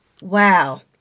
Wow